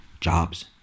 jobs